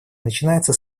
начинается